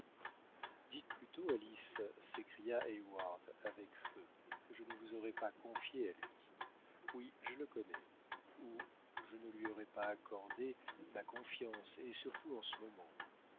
dites plutôt alice s'écria heyward avec feu que je ne vous aurais pas confiée à lui oui je le connais ou je ne lui aurais pas accordé ma confiance et surtout en ce moment